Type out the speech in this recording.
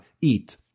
eat